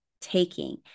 taking